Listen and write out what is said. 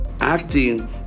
Acting